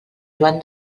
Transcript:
joan